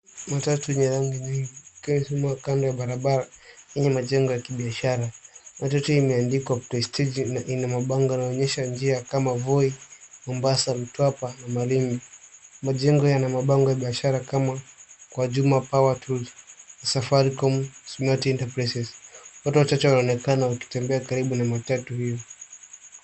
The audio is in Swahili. Matatu yenye rangi nyingi ikiwa imesimama kando ya barabara yenye majengo ya kibiashara. Matatu imeandikwa prestige na ina mabango yanaonyesha njia kama Voi, Mombasa, Mtwapa na Malindi. Majengo yana mabango ya biashara kama Kwa Juma Powered Tools na Safaricom Smart enterprises . Watu wachache wanaonekana wakitembea karibu na matatu hio.